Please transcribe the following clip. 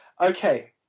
Okay